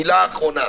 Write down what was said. מילה אחרונה,